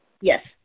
Yes